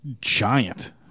Giant